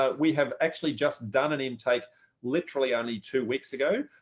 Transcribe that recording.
ah we have actually just done an intake literally only two weeks ago.